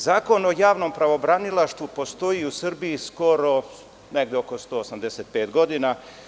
Zakon o javnom pravobranilaštvu postoji u Srbiji skoro negde oko 185 godina.